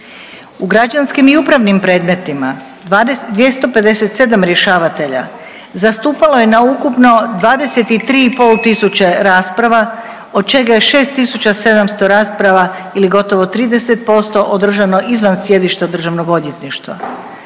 U građanskim i upravnim predmetima 257 rješavatelja zastupalo je na ukupno 23 i pol tisuće rasprava od čega je 6 tisuća 700 rasprava ili gotovo 30% održano izvan sjedišta Državnog odvjetništva.